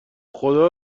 خدا